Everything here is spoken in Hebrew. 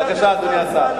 בבקשה, אדוני השר.